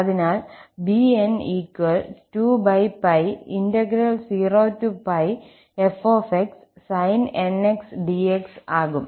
അതിനാൽ 𝑏𝑛 2π0 f sin nx dx ആകും